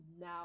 now